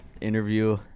interview